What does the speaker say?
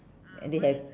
and they have